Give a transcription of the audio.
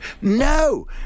No